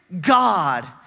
God